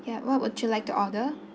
ya what would you like to order